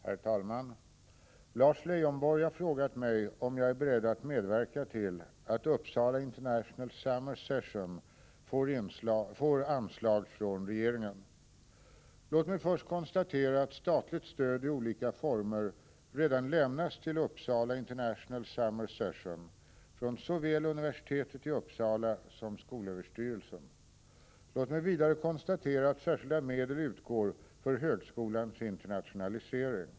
Herr talman! Lars Leijonborg har frågat mig om jag är beredd att medverka till att Uppsala International Summer Session får anslag från regeringen. Låt mig först konstatera att statligt stöd i olika former redan lämnas till Uppsala International Summer Session från såväl universitetet i Uppsala som skolöverstyrelsen. Låt mig vidare konstatera att särskilda medel utgår för högskolans internationalisering.